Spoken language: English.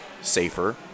safer